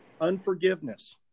unforgiveness